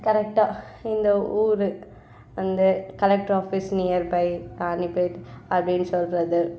கரெக்டாக இந்த ஊர் அந்த கலெக்ட்ராஃபீஸ் நியர்பை ராணிபேட் அப்படின்னு சொல்லுறது